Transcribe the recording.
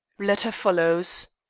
letter follows.